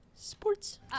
Sports